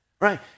right